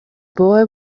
boy